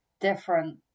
different